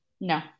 No